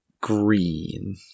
Green